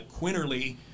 Quinterly